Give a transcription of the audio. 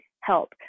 help